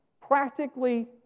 practically